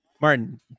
Martin